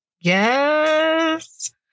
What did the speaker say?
Yes